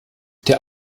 der